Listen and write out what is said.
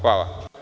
Hvala.